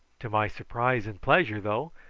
to my surprise and pleasure, though,